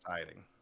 exciting